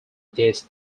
this